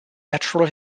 natural